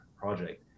project